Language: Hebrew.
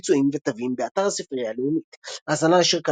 ביצועים ותווים באתר הספרייה הלאומית האזנה לשיר "כלניות"